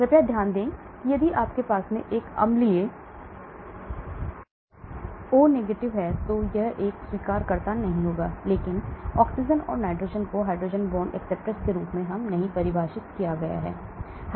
कृपया ध्यान दें कि यदि आपके पास एक अम्लीय O है तो यह एक स्वीकर्ता नहीं होगा लेकिन ऑक्सीजन और नाइट्रोजन को hydrogen bond acceptors के रूप में परिभाषित किया गया है